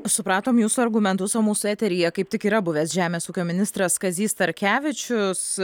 supratom jūsų argumentus o mūsų eteryje kaip tik yra buvęs žemės ūkio ministras kazys starkevičius